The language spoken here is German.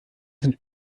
sind